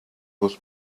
was